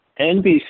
NBC